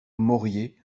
moriez